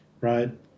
right